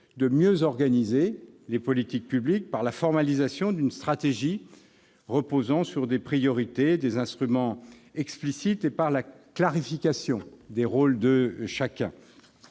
de mieux organiser les politiques publiques, par la formalisation d'une stratégie reposant sur des priorités et des instruments explicites et par la clarification des rôles de chacun.